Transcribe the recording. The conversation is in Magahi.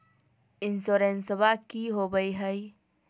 इंसोरेंसबा की होंबई हय?